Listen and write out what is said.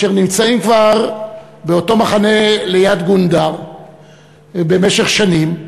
אשר כבר נמצאים באותו מחנה ליד גונדר במשך שנים,